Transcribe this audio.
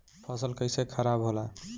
फसल कैसे खाराब होला?